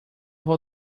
vou